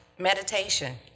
Meditation